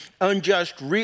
unjust